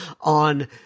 on